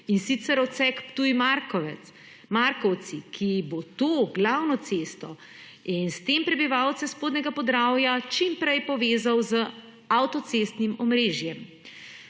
in sicer odsek Ptuj Markovci, ki bo to glavno cesto in s tem prebivalce Spodnjega Podravja čim prej povezal z avtocestnim omrežjem.